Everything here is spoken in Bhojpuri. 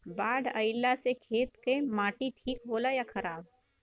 बाढ़ अईला से खेत के माटी ठीक होला या खराब?